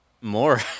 more